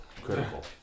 Critical